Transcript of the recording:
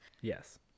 Yes